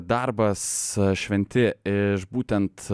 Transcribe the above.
darbas šventi iš būtent